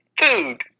food